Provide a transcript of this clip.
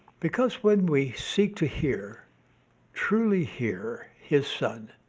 because when we seek to hear truly hear his son,